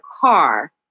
car